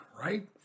right